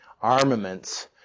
armaments